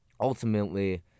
ultimately